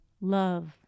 love